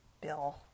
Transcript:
Bill